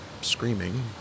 screaming